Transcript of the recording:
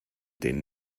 den